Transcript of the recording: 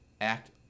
Act